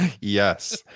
yes